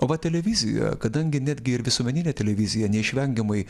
o va televizija kadangi netgi ir visuomeninė televizija neišvengiamai